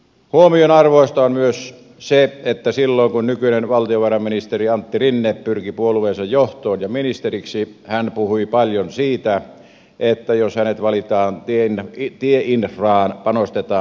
huomionarvoista on myös se että silloin kun nykyinen valtiovarainministeri antti rinne pyrki puolueensa johtoon ja ministeriksi hän puhui paljon siitä että jos hänet valitaan tieinfraan panostetaan lisää